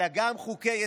אלא גם חוקי-יסוד.